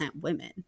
women